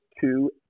two